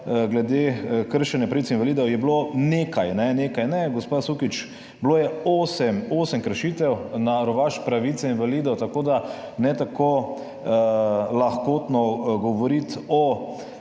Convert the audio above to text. glede kršenja pravic invalidov je bilo »nekaj«. Ne, gospa Sukič, bilo je osem kršitev na rovaš pravic invalidov, tako da ne tako lahkotno govoriti o